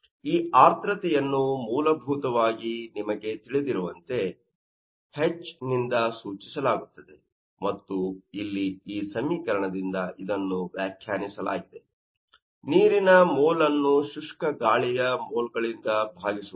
ಆದ್ದರಿಂದ ಈ ಆರ್ದ್ರತೆಯನ್ನು ಮೂಲಭೂತವಾಗಿ ನಿಮಗೆ ತಿಳಿದಿರುವಂತೆ H ನಿಂದ ಸೂಚಿಸಲಾಗುತ್ತದೆ ಮತ್ತು ಇಲ್ಲಿ ಈ ಸಮೀಕರಣದಿಂದ ಇದನ್ನು ವ್ಯಾಖ್ಯಾನಿಸಲಾಗಿದೆ ನೀರಿನ ಮೋಲ್ ಅನ್ನು ಶುಷ್ಕ ಗಾಳಿಯ ಮೋಲ್ ಗಳಿಂದ ಭಾಗಿಸುವುದು